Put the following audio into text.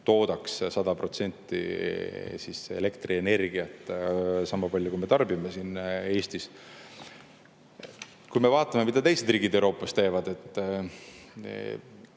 toodaks 100% elektrienergiast, mis me tarbime, siin Eestis. Kui me vaatame, mida teised riigid Euroopas teevad,